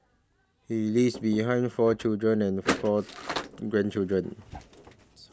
he leaves behind four children and four grandchildren